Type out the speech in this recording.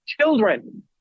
children